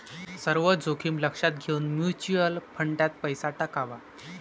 सर्व जोखीम लक्षात घेऊन म्युच्युअल फंडात पैसा टाकावा